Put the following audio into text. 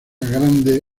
grande